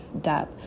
debt